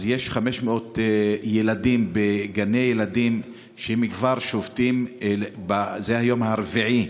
אז יש 500 ילדים בגני ילדים שכבר שובתים זה היום הרביעי.